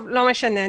לא משנה.